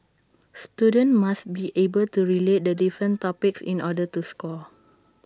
students must be able to relate the different topics in order to score